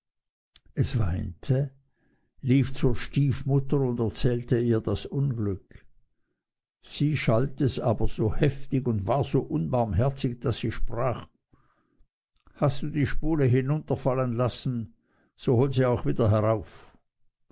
es weinte lief zur stiefmutter und erzählte ihr das unglück sie schalt es aber so heftig und war so unbarmherzig daß sie sprach hast du die spule hinunterfallen lassen so hol sie auch wieder herauf